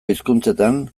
hizkuntzetan